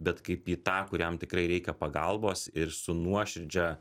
bet kaip į tą kuriam tikrai reikia pagalbos ir su nuoširdžia